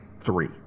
three